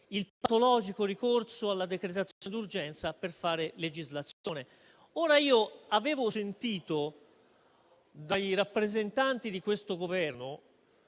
il patologico ricorso alla decretazione d'urgenza per fare legislazione. Io avevo sentito, dai rappresentanti di questo Governo,